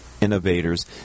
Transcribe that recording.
innovators